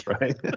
Right